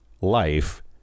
life